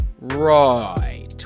Right